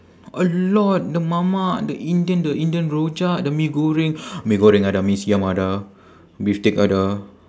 a lot the mamak the indian the indian rojak the mee goreng mee goreng ada mee siam ada bistik ada